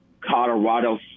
Colorado